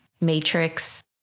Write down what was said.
matrix